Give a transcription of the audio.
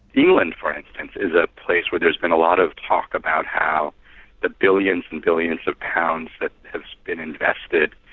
england for instance is a place where there's been a lot of talk about how the billions and billions of pounds that have been invested.